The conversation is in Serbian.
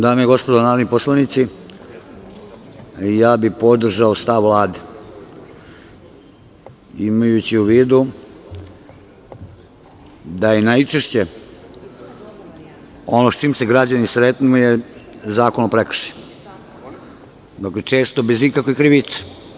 Dame i gospodo narodni poslanici, podržao bih stav Vlade, imajući u vidu da najčešće, ono sa čim se građani sretnu, je Zakon o prekršajima, često bez ikakve krivice.